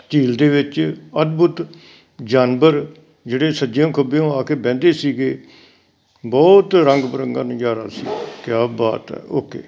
ਝੀਲ ਦੇ ਵਿੱਚ ਅਦਭੁੱਤ ਜਾਨਵਰ ਜਿਹੜੇ ਸੱਜਿਓਂ ਖੱਬਿਓਂ ਆ ਕੇ ਬਹਿੰਦੇ ਸੀਗੇ ਬਹੁਤ ਰੰਗ ਬਿਰੰਗਾ ਨਜ਼ਾਰਾ ਸੀ ਕਿਆ ਬਾਤ ਹੈ ਓਕੇ